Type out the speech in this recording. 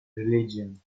religion